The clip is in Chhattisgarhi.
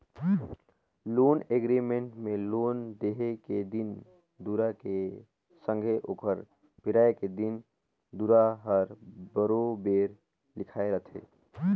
लोन एग्रीमेंट में लोन देहे के दिन दुरा के संघे ओकर फिराए के दिन दुरा हर बरोबेर लिखाए रहथे